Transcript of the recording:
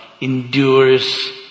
endures